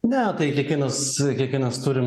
ne tai kiekvienas kiekvienas turim